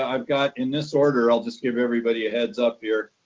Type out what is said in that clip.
i've got in this order. i'll just give everybody a heads up here.